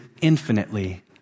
infinitely